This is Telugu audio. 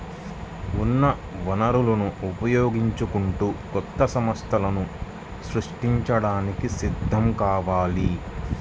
ఉన్న వనరులను ఉపయోగించుకుంటూ కొత్త సంస్థలను సృష్టించడానికి సిద్ధం కావాలి